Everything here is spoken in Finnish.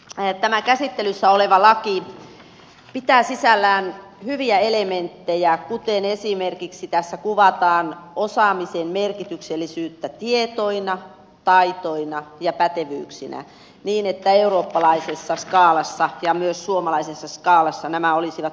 tämä käsittelyssä oleva laki pitää sisällään hyviä elementtejä kuten esimerkiksi tässä kuvataan osaamisen merkityksellisyyttä tietoina taitoina ja pätevyyksinä niin että eurooppalaisessa skaalassa ja myös suomalaisessa skaalassa nämä olisivat vertailukelpoisia